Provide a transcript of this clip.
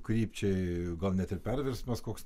krypčiai gal net ir perversmas koks